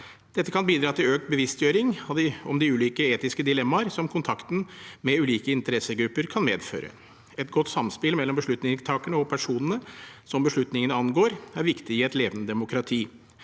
Dette kan bidra til økt bevisstgjøring om de ulike etiske dilemmaer som kontakten med ulike interessegrupper kan medføre. Et godt samspill mellom beslutningstakerne og personene som beslutningene angår, er viktig i et levende demokrati.